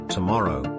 Tomorrow